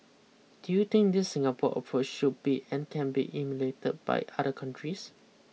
do you think this Singapore approach should be and can be emulated by other countries